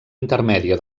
intermèdia